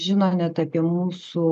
žino net apie mūsų